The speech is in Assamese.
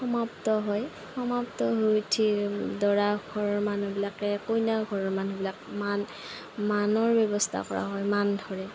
সমাপ্ত হয় সমাপ্ত হৈ উঠি দৰাঘৰৰ মানুহবিলাকে কইনা ঘৰৰ মানুহবিলাক মান মানৰ ব্যৱস্থা কৰা হয় মান ধৰে